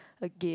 again